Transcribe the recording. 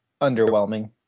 underwhelming